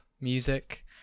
music